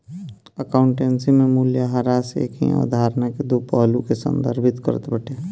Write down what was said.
accountancy में मूल्यह्रास एकही अवधारणा के दो पहलू के संदर्भित करत बाटे